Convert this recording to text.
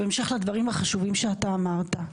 בהמשך לדברים החשובים שאתה אמרת.